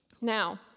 Now